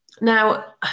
Now